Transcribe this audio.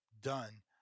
done